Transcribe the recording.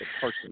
person